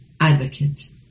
advocate